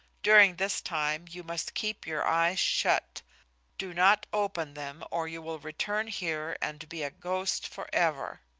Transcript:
during this time you must keep your eyes shut do not open them, or you will return here and be a ghost forever.